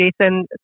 Jason